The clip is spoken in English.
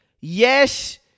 Yes